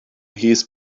his